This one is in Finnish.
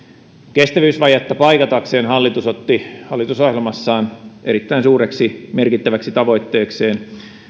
kestävyysvajetta paikatakseen hallitus otti hallitusohjelmassaan erittäin suureksi merkittäväksi tavoitteekseen